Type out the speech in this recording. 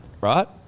right